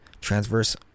transverse